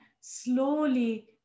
slowly